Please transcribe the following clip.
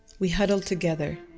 we huddled together.